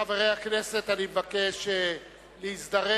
חברי הכנסת, אני מבקש להזדרז